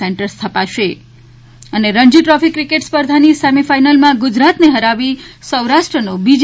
centre સ્થપાશે Ranji trophy cricket સ્પર્ધાની semi ફાઇનલમાં ગુજરાતને હરાવી સૌરાષ્ટ્રનો બીજી